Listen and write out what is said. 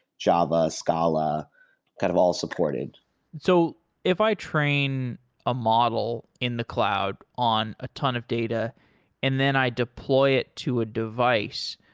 java, scala kind of all support it so if i train a model in the cloud on a ton of data and then i deploy it to a device,